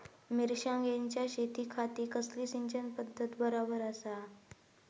मिर्षागेंच्या शेतीखाती कसली सिंचन पध्दत बरोबर आसा?